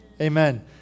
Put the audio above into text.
Amen